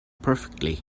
perfectly